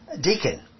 deacon